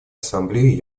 ассамблеей